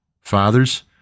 fathers